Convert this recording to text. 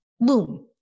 boom